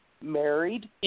married